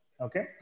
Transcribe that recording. okay